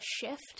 shift